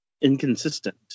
inconsistent